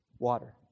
water